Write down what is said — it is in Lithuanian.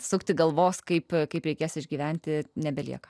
sukti galvos kaip kaip reikės išgyventi nebelieka